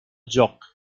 jóc